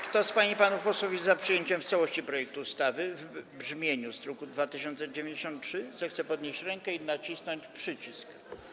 Kto z pań i panów posłów jest za przyjęciem w całości projektu ustawy w brzmieniu z druku nr 2093, zechce podnieść rękę i nacisnąć przycisk.